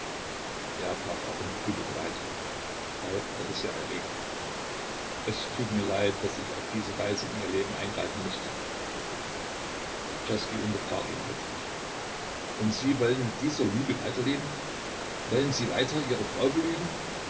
er brach ab und grübelte weiter falk wurde sehr erregt es tut mir unendlich leid daß ich auf diese weise in ihr leben eingreifen mußte czerski unterbrach ihn plötzlich und sie wollen mit dieser lüge weiter leben wollen sie weiter ihre frau belügen